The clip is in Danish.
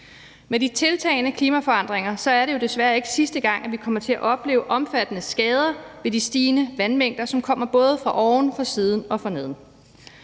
Med de tiltagende klimaforandringer er det jo desværre ikke sidste gang, at vi kommer til at opleve omfattende skader ved de stigende vandmængder, som kommer både fra oven, fra siden og fra neden.